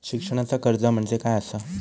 शिक्षणाचा कर्ज म्हणजे काय असा?